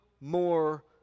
more